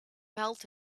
melt